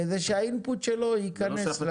כדי שהאינפוט שלו יכנס לחקיקה.